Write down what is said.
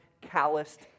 calloused